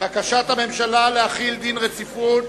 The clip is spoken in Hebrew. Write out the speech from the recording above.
בקשת הממשלה להחיל דין רציפות